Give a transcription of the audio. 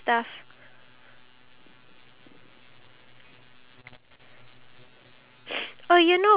like you know how the uh gamers do it when they upload videos then you know they will show like